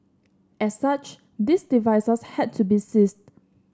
as such these devices had to be seized